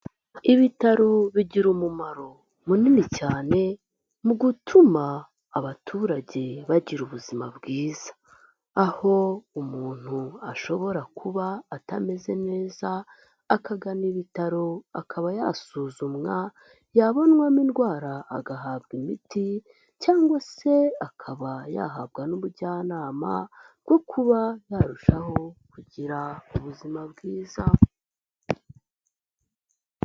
Ibitaro bigira umumaro munini cyane mu gutuma abaturage bagira ubuzima bwiza, aho umuntu ashobora kuba atameze neza akagana ibitaro, akaba yasuzumwa yabonwamo indwara agahabwa imiti cyangwa se akaba yahabwa n'ubujyanama bwo kuba yarushaho kugira ubuzima bwiza.